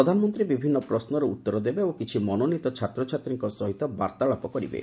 ପ୍ରଧାନମନ୍ତ୍ରୀ ବିଭିନ୍ନ ପ୍ରଶ୍ୱର ଉତ୍ତର ଦେବେ ଓ କିଛି ମନୋନୀତ ଛାତ୍ରଛାତ୍ରୀଙ୍କ ସହ ବାର୍ତ୍ତାଳାପ କରିବେ